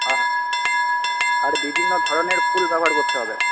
হ্যাঁ আর বিভিন্ন ধরনের ফুল ব্যবহার করতে হবে